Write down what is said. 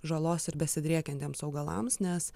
žalos ir besidriekiantiems augalams nes